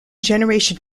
generation